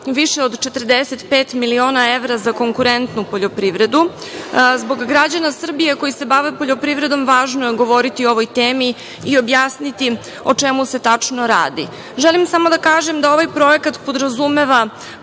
više od 45 miliona evra za konkurentnu poljoprivredu. Zbog građana Srbije koji se bave poljoprivredom važno je govoriti o ovoj temi i objasniti im o čemu se tačno radi. Želim samo da kažem da ovaj projekat podrazumeva